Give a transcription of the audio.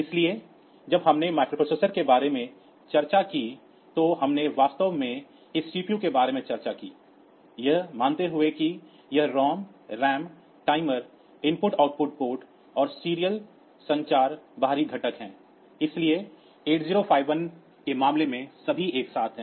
इसलिए जब हमने माइक्रोप्रोसेसरों के बारे में चर्चा की तो हमने वास्तव में इस CPU के बारे में चर्चा की यह मानते हुए कि यह ROM RAM timer IO port और सीरियल संचार बाहरी घटक हैं लेकिन 8051 के मामले में सभी एक साथ हैं